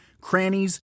crannies